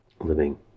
living